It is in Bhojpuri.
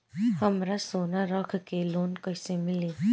हमरा सोना रख के लोन कईसे मिली?